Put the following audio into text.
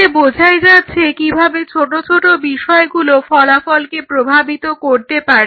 তাহলে বোঝাই যাচ্ছে কিভাবে ছোট ছোট বিষয়গুলো ফলাফলকে প্রভাবিত করতে পারে